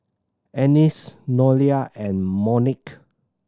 Annice Nolia and Monique